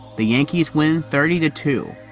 the yankees win thirty to two.